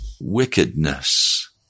wickedness